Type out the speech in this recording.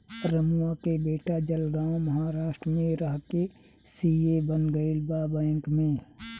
रमुआ के बेटा जलगांव महाराष्ट्र में रह के सी.ए बन गईल बा बैंक में